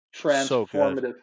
transformative